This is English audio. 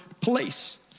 place